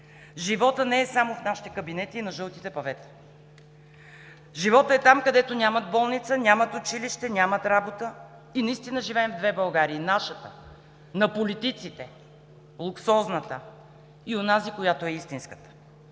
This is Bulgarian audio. Животът не е само в нашите кабинети и на жълтите павета. Животът е там, където нямат болница, нямат училище, нямат работа и наистина живеем в две Българии – нашата, на политиците, луксозната, и онази, която е истинската.